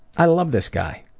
love this guy.